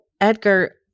Edgar